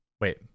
Wait